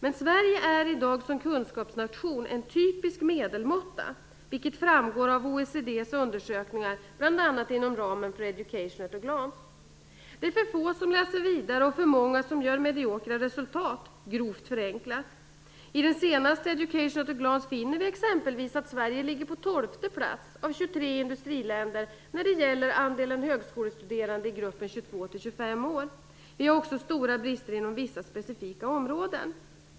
Men Sverige är i dag som kunskapsnation en typisk medelmåtta. Det framgår av OECD:s undersökningar, bl.a. inom ramen för Education at a glance. Det är, grovt förenklat, för få som läser vidare och för många som gör mediokra resultat. I den senaste Education at a glance finner vi exempelvis att Sverige ligger på tolfte plats av 23 industriländer när det gäller andelen högskolestuderande i gruppen 22-25 år. Vi har också stora brister inom vissa specifika områden.